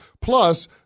Plus